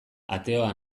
ateoa